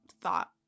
thought